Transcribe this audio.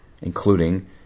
including